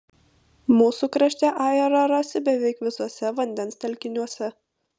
mūsų krašte ajerą rasi beveik visuose vandens telkiniuose